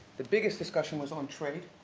the biggest discussion was on trade,